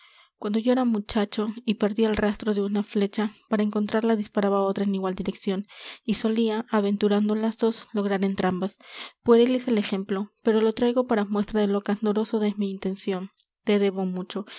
cuando yo era muchacho y perdia el rastro de una flecha para encontrarla disparaba otra en igual direccion y solia aventurando las dos lograr entrambas pueril es el ejemplo pero lo traigo para muestra de lo candoroso de mi intencion te debo mucho